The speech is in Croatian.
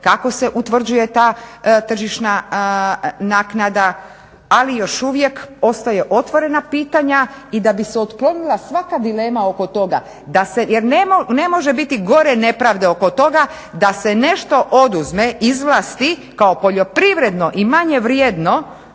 kako se utvrđuje ta tržišna naknada ali još uvijek ostaju otvorena pitanja i da bi se otklonila svaka dilema oko toga jer ne može biti gore nepravde oko toga da se nešto oduzme, izvlasti kao poljoprivredno i manje vrijedno